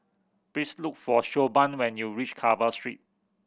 please look for Siobhan when you reach Carver Street